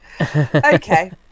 Okay